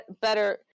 better